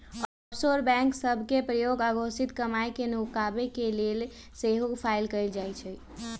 offshore bank सभ के प्रयोग अघोषित कमाई के नुकाबे के लेल सेहो कएल जाइ छइ